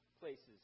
places